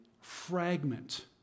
fragment